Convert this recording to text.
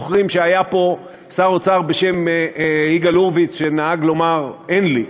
זוכרים שהיה פה שר אוצר בשם יגאל הורביץ שנהג לומר: אין לי.